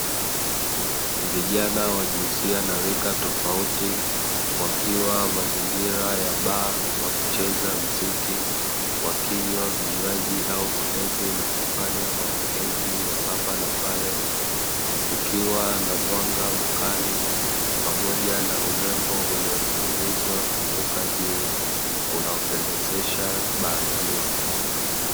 Vijana wa jinsia na rika tofauti, wakiwa mazingira ya baa wakicheza mziki, wakinywa vinywaji au vilevi na kufanya maongezi ya hapa na pale. Kukiwa na mwanga mkali pamoja na urembo ulioning'inizwa kutoka juu, unao pendezesha baa hiyo.